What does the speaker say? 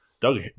doug